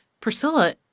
Priscilla